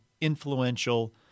influential